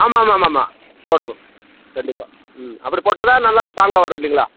ஆமாம் ஆமாம்மா போடணும் கண்டிப்பாக ம் அப்படி போட்டா தான் நல்லா ஸ்ட்ராங்காக வரும் இல்லங்களா